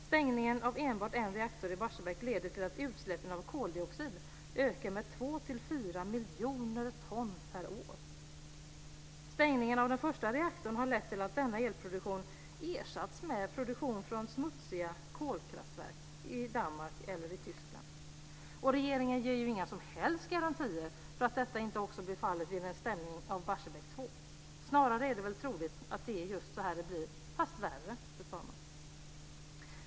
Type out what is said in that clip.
Stängningen av enbart en reaktor i Barsebäck leder till att utsläppen av koldioxid ökar med 2-4 miljoner ton per år. Stängningen av den första reaktorn har lett till att denna elproduktion ersatts med produktion från smutsiga kolkraftverk i Danmark eller i Tyskland. Regeringen ger inga som helst garantier för att detta inte också blir fallet vid en stängning av Barsebäck 2. Snarare är det väl troligt att det är just så här det blir, fast värre, fru talman.